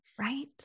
Right